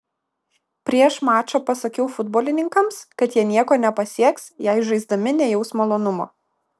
prieš mačą pasakiau futbolininkams kad jie nieko nepasieks jei žaisdami nejaus malonumo